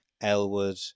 Elwood